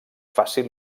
fàcil